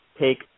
Take